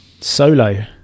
solo